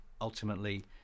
ultimately